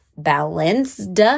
balanced